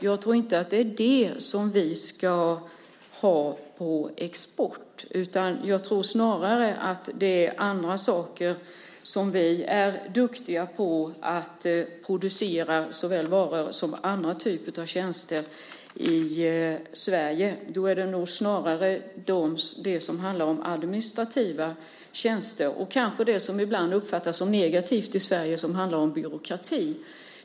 Jag tror inte att det är det som vi ska ha på export. Jag tror snarare att det är andra saker som vi är duktiga på att producera, såväl varor som andra typer av tjänster, i Sverige. Då är det nog snarare det som handlar om administrativa tjänster och kanske det som ibland uppfattas som negativt i Sverige som handlar om byråkrati.